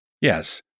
yes